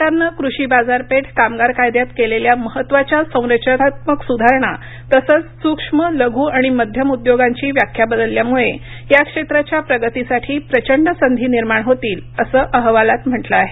सरकारनं कृषी बाजारपेठ कामगार कायद्यात केलेल्या महत्त्वाच्या संरचनात्मक सुधारणा तसंच सूक्ष्म लघु आणि मध्यम उद्योगांची व्याख्या बदलल्यामुळे या क्षेत्राच्या प्रगतीसाठी प्रचंड संधी निर्माण होतील असं अहवालात म्हटलं आहे